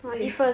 累 liao